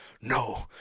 No